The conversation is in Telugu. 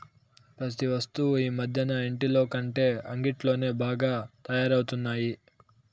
ప్రతి వస్తువు ఈ మధ్యన ఇంటిలోకంటే అంగిట్లోనే బాగా తయారవుతున్నాయి